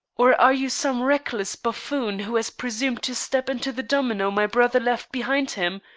or are you some reckless buffoon who has presumed to step into the domino my brother left behind him,